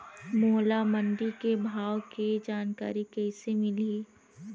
मोला मंडी के भाव के जानकारी कइसे मिलही?